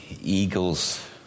eagles